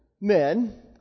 men